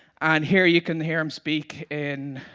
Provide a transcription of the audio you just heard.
and here you can hear him speak in